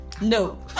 No